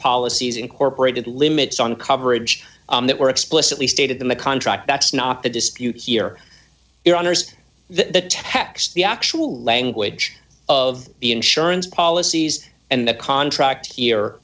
policies incorporated limits on coverage that were explicitly stated that the contract that's not the dispute here your honour's the tax the actual language of the insurance policies and the contract here